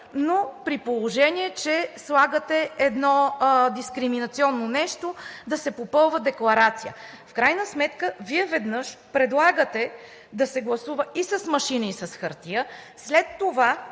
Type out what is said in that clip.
но при положение че слагате едно дискриминационно нещо – да се попълва декларация. В крайна сметка Вие веднъж предлагате да се гласува и с машина, и с хартия, след това